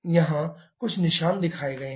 यहाँ कुछ निशान दिखाए गए हैं